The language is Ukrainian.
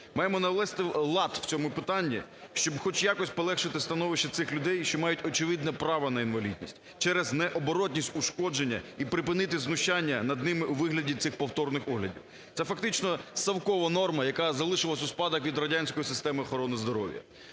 Маємо навести лад у цьому питанні, щоб хоч якось полегшити становище цих людей, що мають очевидне право на інвалідність, через необоротність ушкодження, і припинити знущання над ними у вигляді цих повторних оглядів. Це фактично совкова норма, яка залишилася у спадок від радянської системи охорони здоров'я.